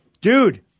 Dude